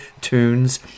tunes